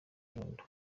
nyundo